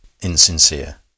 insincere